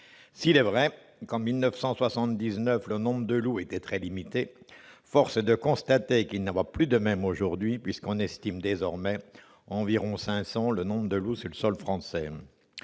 S'il est vrai qu'en 1979 le nombre de loups était très limité, force est de constater qu'il n'en va plus de même puisqu'on estime désormais à environ 500 le nombre de loups sur le sol français.